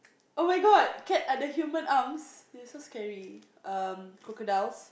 oh-my-God cat are the human arms they're so scary um crocodiles